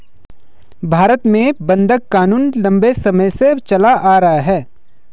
भारत में बंधक क़ानून लम्बे समय से चला आ रहा है